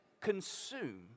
consume